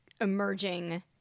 emerging